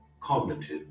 cognitive